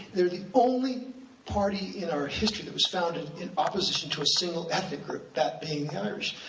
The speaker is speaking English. they were the only party in our history that was founded in opposition to a single ethnic group, that being the irish.